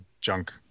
junk